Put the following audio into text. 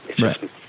Right